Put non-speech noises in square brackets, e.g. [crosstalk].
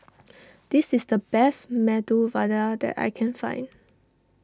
[noise] this is the best Medu Vada that I can find